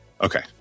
Okay